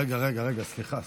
רגע, סליחה,